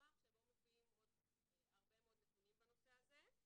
המסמך שבו מופיעים עוד הרבה מאוד נתונים בנושא הזה.